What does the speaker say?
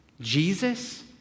Jesus